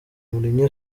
mourinho